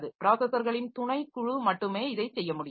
ப்ராஸஸர்களின் துணைக்குழு மட்டுமே இதைச் செய்ய முடியும்